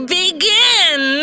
begin